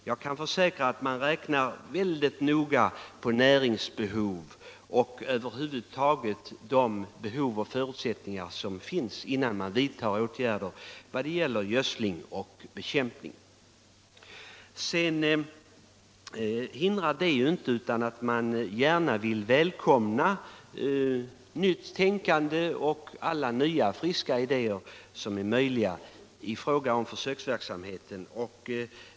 Jag kan försäkra att man räknar väldigt noga på näringsbehov och över huvud taget på de behov och förutsättningar som finns innan man vidtar åtgärder i fråga om gödsling och bekämpning. Detta hindrar ju inte att man välkomnar nytt tänkande och alla nya friska idéer som kan komma fram när det gäller försöksverksamheten.